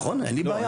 נכון, אין לי בעיה.